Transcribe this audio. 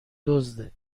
دزده